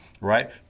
right